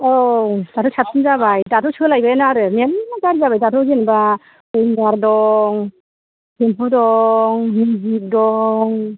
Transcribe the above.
औ दाथ' साबसिन जाबाय दाथ' सोलायबाययानो आरो मेर्ला गारि जाबाय दाथ' जेन'बा उयिंगार दं थेम्फु दं मिजिक दं